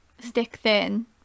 stick-thin